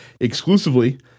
exclusively